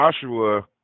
Joshua